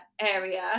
area